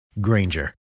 Granger